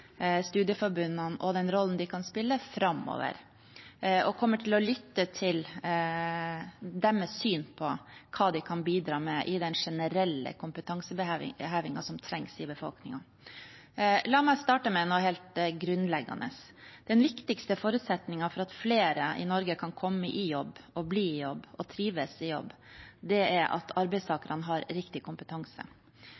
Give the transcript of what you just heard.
studieforbundene og den rollen de kan spille framover, og kommer til å lytte til deres syn på hva de kan bidra med i den generelle kompetansehevingen som trengs i befolkningen. La meg starte med noe helt grunnleggende: Den viktigste forutsetningen for at flere i Norge kan komme i jobb og bli i jobb og trives i jobb, er at